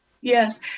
Yes